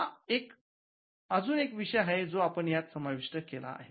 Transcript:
हा अजून एक विषय आहे जो आपण यात समाविष्ट केला आहे